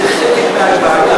זה חלק מהבעיה,